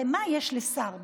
הרי מה יש לשר ביצועי?